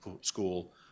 School